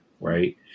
right